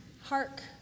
Hark